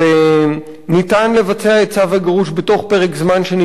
וניתן לבצע את צו הגירוש בתוך פרק זמן שנקבע.